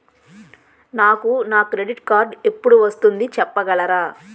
నాకు నా credit card ఎపుడు వస్తుంది చెప్పగలరా?